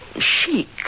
chic